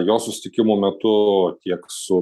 jo susitikimo metu tiek su